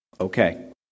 Okay